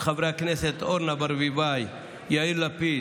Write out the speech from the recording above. של חברי הכנסת אורנה ברביבאי ויאיר לפיד,